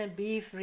beef